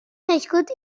nascut